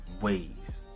ways